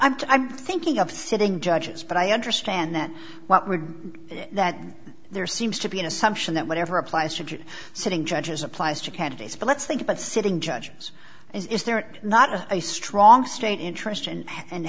system i'm thinking of sitting judges but i understand that what we're that there seems to be an assumption that whatever applies to sitting judges applies to candidates but let's think about sitting judges is there not a strong state interest